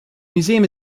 museum